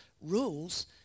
rules